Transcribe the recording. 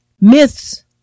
myths